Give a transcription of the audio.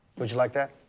would you like that?